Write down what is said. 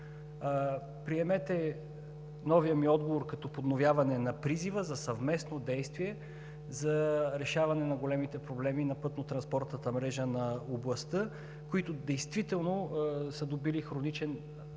Приемете новия ми въпрос като подновяване на призива за съвместно действие за решаване на големите проблеми на пътнотранспортната мрежа на областта, които действително са придобили хроничен